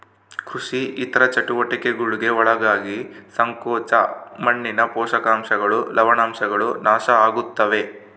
ಕೃಷಿ ಇತರ ಚಟುವಟಿಕೆಗುಳ್ಗೆ ಒಳಗಾಗಿ ಸಂಕೋಚ ಮಣ್ಣಿನ ಪೋಷಕಾಂಶಗಳು ಲವಣಾಂಶಗಳು ನಾಶ ಆಗುತ್ತವೆ